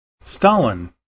Stalin